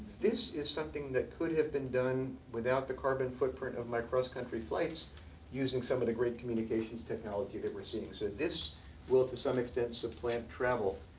this is something that could have been done without the carbon footprint of my cross-country flights using some of the great communications technology that we're seeing. so this will, to some extent, supplant travel.